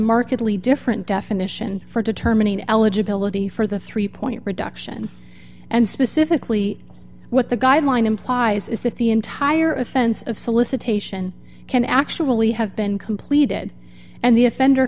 markedly different definition for determining eligibility for the three point reduction and specifically what the guideline implies is that the entire offense of solicitation can actually have been completed and the offender